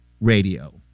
radio